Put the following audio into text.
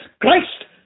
Christ